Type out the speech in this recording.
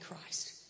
Christ